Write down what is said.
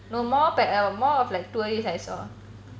no more more of like tourist I saw